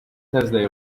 thursday